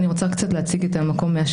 אני רוצה קצת להציג את השטח.